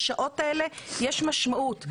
לשעות האלה יש משמעות,